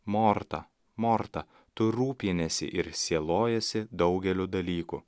morta morta tu rūpiniesi ir sielojiesi daugeliu dalykų